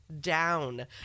down